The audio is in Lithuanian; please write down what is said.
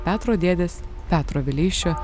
petro dėdės petro vileišio